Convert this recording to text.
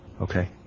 Okay